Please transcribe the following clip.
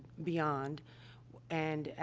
beyond and, ah,